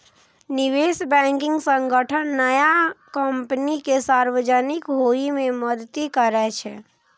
निवेश बैंकिंग संगठन नया कंपनी कें सार्वजनिक होइ मे मदति करै छै